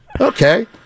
Okay